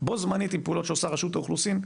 בו זמנית עם פעולות שעושה רשות האוכלוסין,